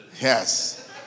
Yes